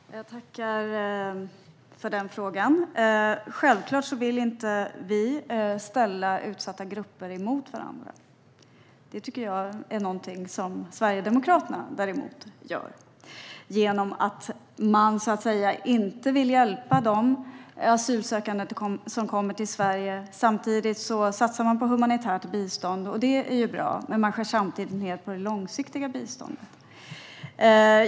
Herr talman! Jag tackar för den frågan. Självklart vill vi inte ställa utsatta grupper mot varandra. Det tycker jag är någonting som Sverigedemokraterna däremot gör genom att man inte vill hjälpa de asylsökande som kommer till Sverige. Man satsar på humanitärt bistånd, och det är ju bra, men samtidigt skär man ned på det långsiktiga biståndet.